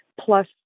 plus